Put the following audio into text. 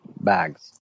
bags